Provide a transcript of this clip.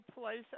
place